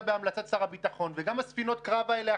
בהמלצת שר הביטחון וגם ספינות הקרב האלה,